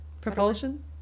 Propulsion